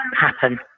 happen